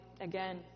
again